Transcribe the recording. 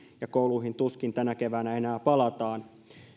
ja kouluihin tuskin tänä keväänä enää palataan